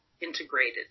integrated